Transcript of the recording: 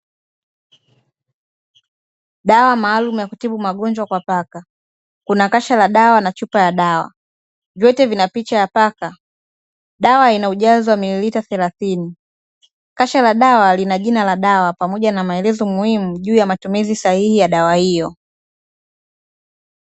Dawa maalumu ya kutibu magonjwa kwa paka, kuna kasha la dawa na chupa ya dawa, vyote vina picha ya paka. Dawa ina ujazo wa mililita thelathini, kasha la dawa lina jina la dawa pamoja na maelezo muhimu juu ya matumizi sahihi ya dawa hiyo.